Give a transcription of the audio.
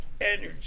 energy